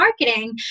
marketing